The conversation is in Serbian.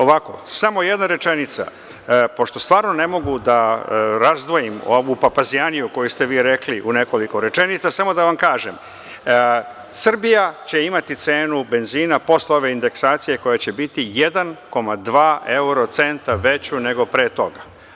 Ovako, samo jedna rečenica pošto stvarno ne mogu da razdvojim ovu papazjaniju koju ste mi rekli u nekoliko rečenica, samo da vam kažem – Srbija će imati cenu benzina posle ove indeksacije koja će biti 1,2 evro centa veću nego pre toga.